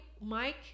Mike